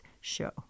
show